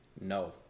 No